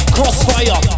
Crossfire